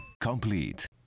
Complete